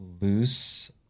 loose